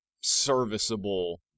serviceable